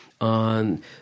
on